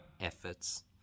efforts